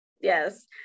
yes